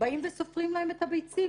באים וסופרים להם את הביצים,